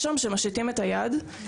ומושיט את היד,